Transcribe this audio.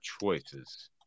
choices